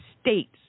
states